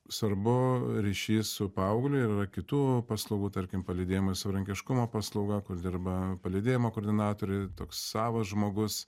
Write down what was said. svarbu ryšys su paaugliu ir yra kitų paslaugų tarkim palydėjimas savarankiškumo paslauga kur dirba palydėjimo koordinatoriai toks savas žmogus